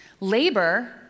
Labor